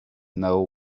know